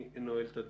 אני נועל את הדיון.